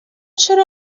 چرا